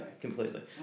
completely